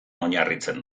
oinarritzen